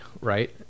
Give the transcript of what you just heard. right